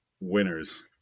winners